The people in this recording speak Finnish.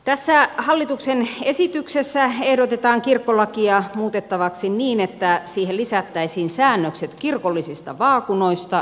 tässä hallituksen esityksessä ehdotetaan kirkkolakia muutettavaksi niin että siihen lisättäisiin säännökset kirkollisista vaakunoista sineteistä ja leimoista